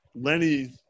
Lenny